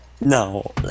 No